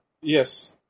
Yes